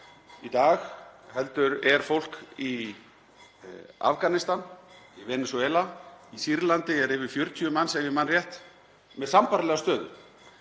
í dag, heldur er fólk í Afganistan, í Venesúela, í Sýrlandi eru yfir 40 manns, ef ég man rétt, með sambærilega stöðu.